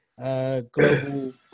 global